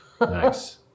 Nice